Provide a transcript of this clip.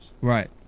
Right